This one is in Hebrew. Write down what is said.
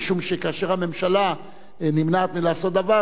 משום שכאשר הממשלה נמנעת מלעשות דבר,